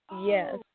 Yes